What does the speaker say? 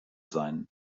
sein